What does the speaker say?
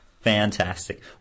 fantastic